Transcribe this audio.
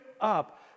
up